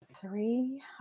three